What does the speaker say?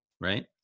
right